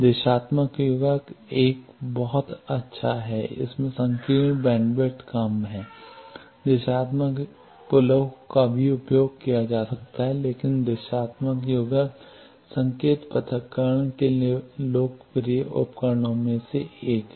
दिशात्मक युग्मक एक बहुत अच्छा है इसमें संकीर्ण बैंडविड्थ कम है दिशात्मक पुलों का भी उपयोग किया जाता है लेकिन दिशात्मक युग्मक संकेत पृथक्करण के लिए लोकप्रिय उपकरण में से एक है